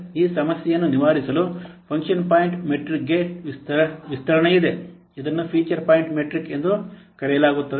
ಈ ಸಮಸ್ಯೆಯನ್ನು ನಿವಾರಿಸಲು ಫಂಕ್ಷನ್ ಪಾಯಿಂಟ್ ಮೆಟ್ರಿಕ್ಗೆ ವಿಸ್ತರಣೆಯಿದೆ ಇದನ್ನು ಫೀಚರ್ ಪಾಯಿಂಟ್ ಮೆಟ್ರಿಕ್ ಎಂದು ಕರೆಯಲಾಗುತ್ತದೆ